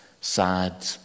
sad